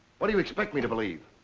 what do you expect me to believe?